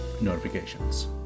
notifications